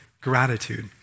gratitude